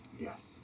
Yes